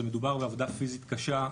מדובר בעבודה פיזית קשה,